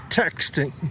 texting